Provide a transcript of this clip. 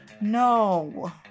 no